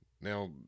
Now